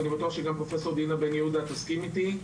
ואני בטוח שגם פרופ' דינה בן יהודה תסכים איתי.